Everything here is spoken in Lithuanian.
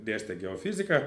dėstė geofiziką